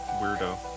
weirdo